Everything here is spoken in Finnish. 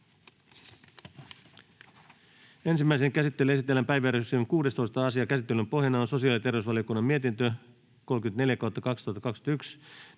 Ensimmäiseen käsittelyyn esitellään päiväjärjestyksen 5. asia. Käsittelyn pohjana on sosiaali‑ ja terveysvaliokunnan mietintö StVM 33/2021